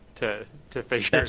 to to figure it out.